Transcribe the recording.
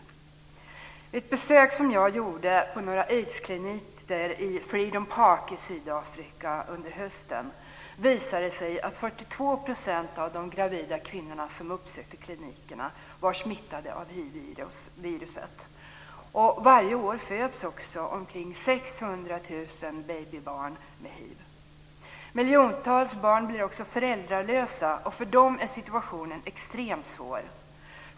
Vid ett besök jag gjorde på några aidskliniker i Freedom Park i Sydafrika under hösten visade det sig att 42 % av de gravida kvinnorna som uppsökte klinikerna var smittade av hiv-viruset. Varje år föds också omkring 600 000 barn med hiv. Miljontals barn blir också föräldralösa. För dem är situationen extremt svår.